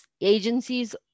agencies